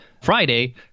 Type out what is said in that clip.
Friday